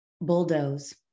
bulldoze